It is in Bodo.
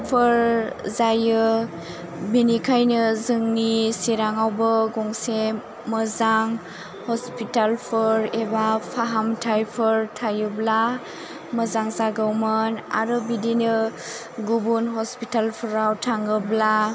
फोर जायो बिनिखायनो जोंनि चिराङावबो गंसे मोजां हस्पिटालफोर एबा फाहामथाइफोर थायोब्ला मोजां जागौमोन आरो बिदिनो गुबुन हस्पिटालफोराव थाङोब्ला